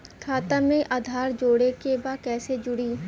खाता में आधार जोड़े के बा कैसे जुड़ी?